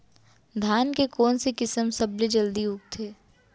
धान के कोन से किसम सबसे जलदी उगथे?